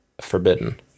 forbidden